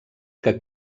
que